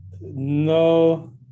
no